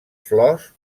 flors